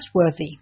trustworthy